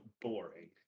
boring